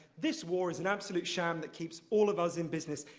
this war is an absolute sham that keeps all of us in business.